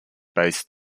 based